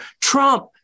Trump